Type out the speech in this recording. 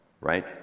right